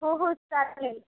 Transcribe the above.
हो हो चालेल